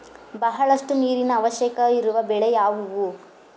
ಬಹಳಷ್ಟು ನೀರಿನ ಅವಶ್ಯಕವಿರುವ ಬೆಳೆ ಯಾವುವು?